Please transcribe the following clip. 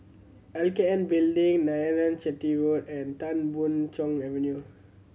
L K N Building Narayanan Chetty Road and Tan Boon Chong Avenue